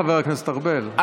חבר הכנסת ארבל,